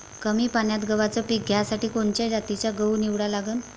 कमी पान्यात गव्हाचं पीक घ्यासाठी कोनच्या जातीचा गहू निवडा लागन?